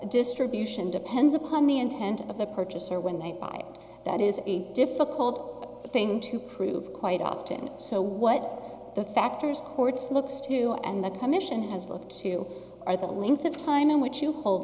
distribution depends upon the intent of the purchaser when they buy that is a difficult thing to prove quite often so what are the factors courts looks to and the commission has looked to or the length of time in which you hold